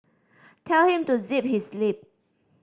tell him to zip his lip